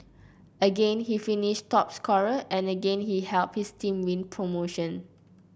again he finished top scorer and again he helped his team win promotion